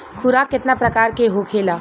खुराक केतना प्रकार के होखेला?